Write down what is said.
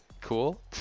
cool